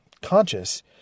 conscious